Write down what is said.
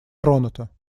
тронута